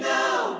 now